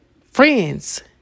friends